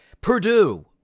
Purdue